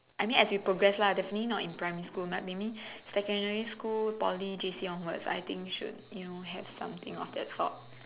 I mean as we progress lah definitely not in primary school like maybe secondary school Poly J_C onwards I think should have something of that sort